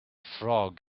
frog